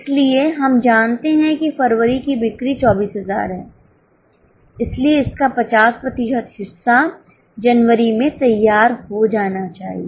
इसलिए हम जानते हैं कि फरवरी की बिक्री 24000 है इसलिए इसका 50 प्रतिशत हिस्सा जनवरी में तैयार हो जाना चाहिए